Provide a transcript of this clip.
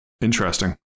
Interesting